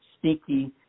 sneaky